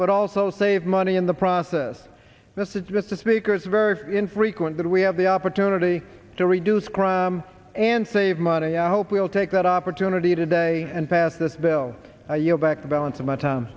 but also save money in the process that's it with the speakers very infrequent that we have the opportunity to reduce crime and save money i hope we'll take that opportunity today and pass this bill you know back the balance of my time